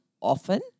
often